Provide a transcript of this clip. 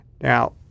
Now